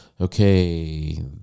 okay